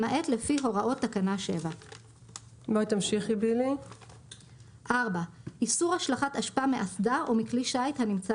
למעט לפי הוראות תקנה 7. איסור השלכת אשפה מאסדה או מכלי שיט הנמצא